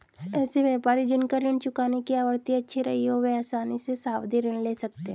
ऐसे व्यापारी जिन का ऋण चुकाने की आवृत्ति अच्छी रही हो वह आसानी से सावधि ऋण ले सकते हैं